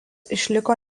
išliko